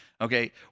Okay